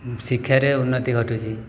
ଶିକ୍ଷାରେ ଉନ୍ନତି ଘଟୁଛି